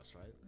right